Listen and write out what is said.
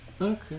Okay